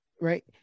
right